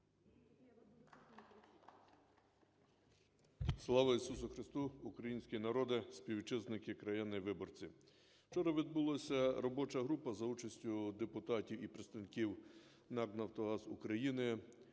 Слава Ісусу Христу! Український народе, співвітчизники, краяни, виборці! Вчора відбулася робоча група за участю депутатів і представників НАК "Нафтогаз України",